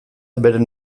beren